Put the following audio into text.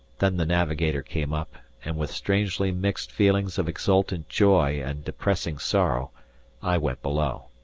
then the navigator came up, and with strangely mixed feelings of exultant joy and depressing sorrow i went below.